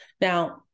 Now